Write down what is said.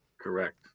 Correct